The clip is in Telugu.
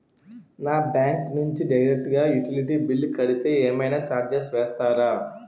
నా బ్యాంక్ నుంచి డైరెక్ట్ గా యుటిలిటీ బిల్ కడితే ఏమైనా చార్జెస్ వేస్తారా?